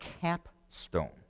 capstone